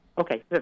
Okay